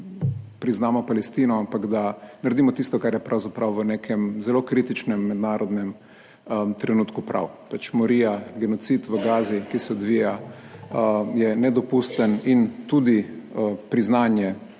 priznamo Palestino, ampak da naredimo tisto, kar je pravzaprav v nekem zelo kritičnem mednarodnem trenutku prav. Morija, genocid v Gazi, ki se odvija, je nedopusten in tudi priznanje,